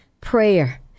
Prayer